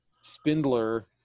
Spindler